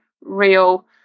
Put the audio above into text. real